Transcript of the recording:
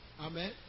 Amen